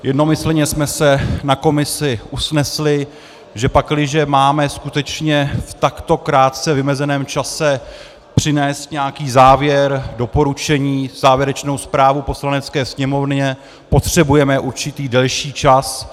Jednomyslně jsme se na komisi usnesli, že pakliže máme skutečně v takto krátce vymezeném čase přinést nějaký závěr, doporučení, závěrečnou zprávu Poslanecké sněmovně, potřebujeme určitý delší čas.